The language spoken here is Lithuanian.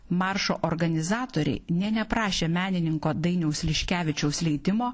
maršo organizatoriai nė neprašę menininko dainiaus liškevičiaus leidimo